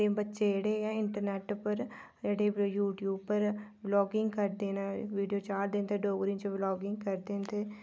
ते बच्चे जेह्ड़े ऐ इंटरनेट पर जेह्ड़े यूट्यूब पर ब्लॉगिंग करदे न वीडियो चाढ़दे न ते ब्ल़गिंग करदे न डोगरी च